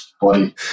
body